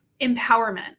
empowerment